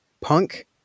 punk